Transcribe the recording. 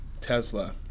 Tesla